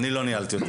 אני לא ניהלתי אותה.